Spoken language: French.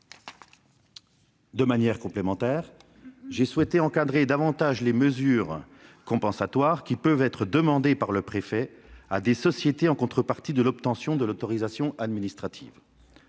De manière complémentaire, j'ai souhaité encadrer davantage les mesures compensatoires qui peuvent être demandées par le préfet à des sociétés en contrepartie de l'obtention de l'autorisation administrative.